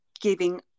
giving